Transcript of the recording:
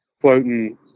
floating